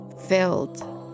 filled